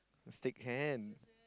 steak can